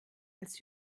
als